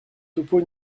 topeau